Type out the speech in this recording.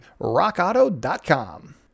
rockauto.com